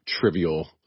trivial